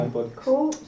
Cool